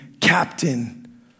captain